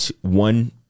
one